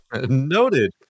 Noted